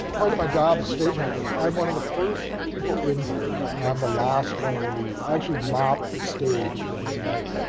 part of my job as stagehand is, i'm one of the first people in here um last one to leave. i actually mop the stage at the end of the night.